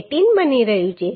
18 બની રહ્યું છે